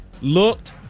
looked